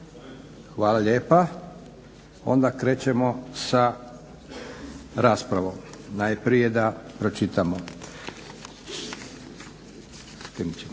Hvala lijepa. Onda krećemo sa raspravom. Najprije da pročitamo Konačni